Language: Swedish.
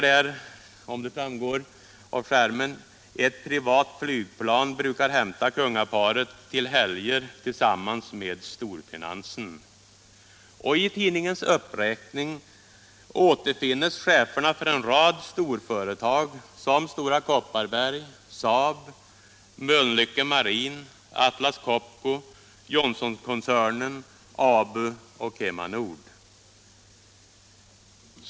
Där heter det: ”Ett privat flygplan brukar hämta kungaparet till helger tillsammans med storfinansen”. I uppräkningen återfinns cheferna för en rad storföretag som Stora Kopparberg, SAAB, Mölnlycke Marin, Atlas Copco, Johnson-koncernen, ABU och Kema Nord.